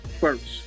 first